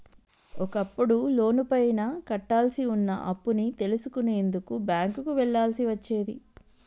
ఒకప్పుడు లోనుపైన కట్టాల్సి వున్న అప్పుని తెలుసుకునేందుకు బ్యేంకుకి వెళ్ళాల్సి వచ్చేది